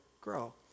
grow